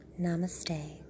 namaste